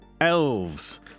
elves